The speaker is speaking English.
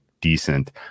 decent